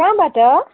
कहाँबाट